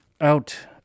Out